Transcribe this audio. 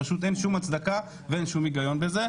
פשוט אין שום הצדקה ואין שום היגיון בזה,